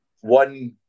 one